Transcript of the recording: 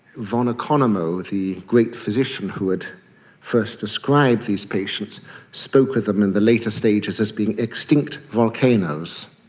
von economo, the great physician who had first described these patients spoke of them in the later stages as being extinct volcanoes.